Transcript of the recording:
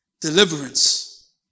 deliverance